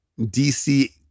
DC